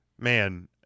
man